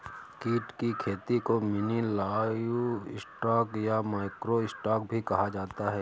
कीट की खेती को मिनी लाइवस्टॉक या माइक्रो स्टॉक भी कहा जाता है